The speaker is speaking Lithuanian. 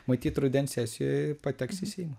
matyt rudens sesijoj pateks į seimą